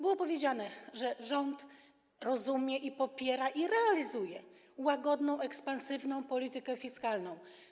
Było powiedziane, że rząd rozumie, popiera i realizuje łagodną ekspansywną politykę fiskalną.